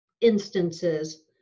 instances